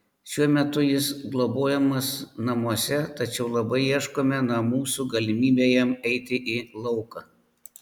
šiuo metu jis globojamas namuose tačiau labai ieškome namų su galimybe jam eiti į lauką